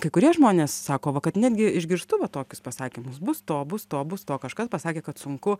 kai kurie žmonės sako va kad netgi išgirstu va tokius pasakymus bus to bus to bus to kažkas pasakė kad sunku